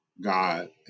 God